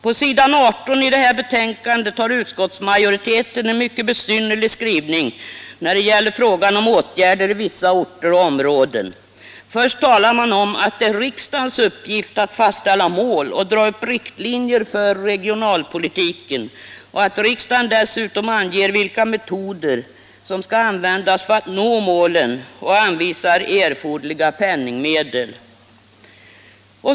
På s. 18 i detta betänkande har utskottsmajoriteten gjort en mycket besynnerlig skrivning när det gäller frågan om åtgärder i vissa orter och områden. Först talar man om att det är riksdagens uppgift att fastställa mål och dra upp riktlinjer för regionalpolitiken och att riksdagen dessutom skall ange vilka metoder som skall användas för att nå målen samt anvisa erforderliga penningmedel.